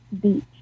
beach